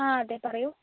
ആ അതെ പറയൂ